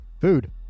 Food